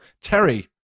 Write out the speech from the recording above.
Terry